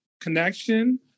connection